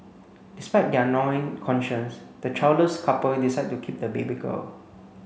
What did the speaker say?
despite their gnawing conscience the childless couple decide to keep the baby girl